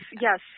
yes